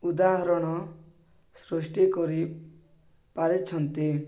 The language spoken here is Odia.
ଉଦାହରଣ ସୃଷ୍ଟି କରି ପାରିଛନ୍ତି